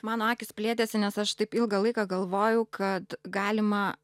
mano akys plėtėsi nes aš taip ilgą laiką galvojau kad galima